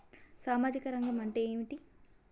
సామాజిక రంగం అంటే ఏమిటి?